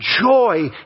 joy